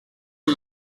des